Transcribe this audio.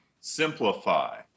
Simplify